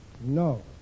No